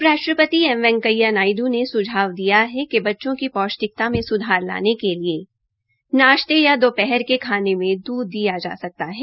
उप राष्ट्रपति एम वेकैंया नायडू ने सुझाव दिया है कि बच्चों की पौष्टिकता में सुधार लाने के लिए नाश्ते या दोपहर के खाने में दूध दिया जा सकता है